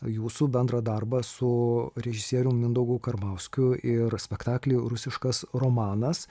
jūsų bendrą darbą su režisierium mindaugu karbauskiu ir spektaklį rusiškas romanas